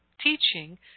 teaching